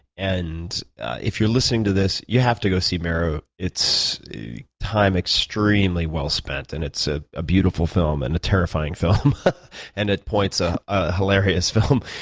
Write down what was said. and if you're listening to this, you have to go see meru. it's time extremely well spent and it's ah a beautiful film, and a terrifying film and, at points, ah a hilarious film.